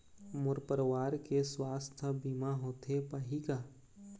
मोर परवार के सुवास्थ बीमा होथे पाही का?